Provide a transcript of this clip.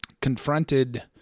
confronted